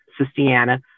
Sistiana